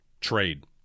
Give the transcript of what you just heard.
trade